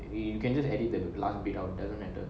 you can just editor the last bit of doesn't matter